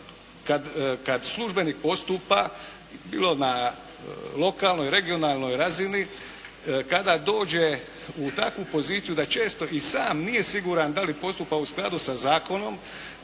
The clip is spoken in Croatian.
kad službenik postupa bilo na lokalnoj, regionalnoj razini kada dođe u takvu poziciju da često i sam nije siguran da li postupa u skladu sa zakonom,